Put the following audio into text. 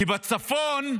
בצפון,